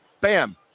bam